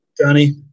Johnny